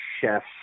chefs